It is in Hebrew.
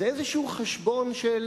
זה מין חשבון של